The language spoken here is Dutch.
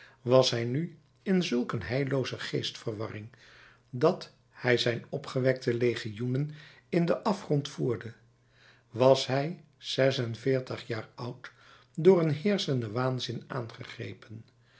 was hij nu in zulk een heillooze geestverwarring dat hij zijn opgewekte legioenen in den afgrond voerde was hij zes-en-veertig jaar oud door een heerschenden waanzin aangegrepen